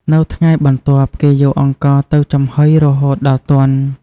នៅថ្ងៃបន្ទាប់ គេយកអង្ករទៅចំហុយរហូតដល់ទន់។